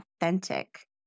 authentic